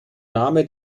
name